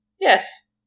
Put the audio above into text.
Yes